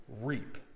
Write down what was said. Reap